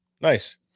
nice